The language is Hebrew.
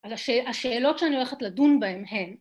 ‫אז השאלות שאני הולכת לדון בהן הן...